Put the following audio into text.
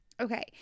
Okay